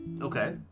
Okay